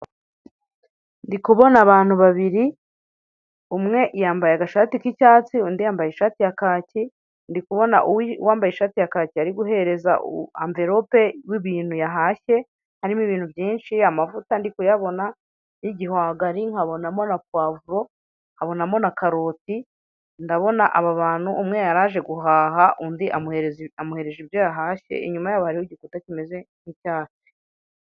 Ndikubona abantu babiri, umwe yambaye aga shati k'icyatsi, undi yambaye ishati ya kacyi, ndikubona uwambaye ishati ya kacyi ariguhereza amverope y'ibintu yahashye, harimo ibintu byinshi amavuta ndikuyabona y'igihwagari, nkabonamo na pavuro, nkabonamo na karoti, ndabona aba bantu umwe yaraje guhaha undi amuhereje ibyo yahashye, inyuma y'aho hariho igikuta kimeze nk'ikibyatsi.